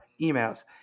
emails